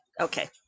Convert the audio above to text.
Okay